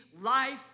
life